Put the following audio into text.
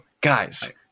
Guys